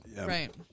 Right